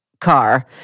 car